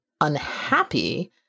unhappy